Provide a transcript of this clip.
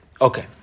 Okay